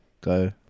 go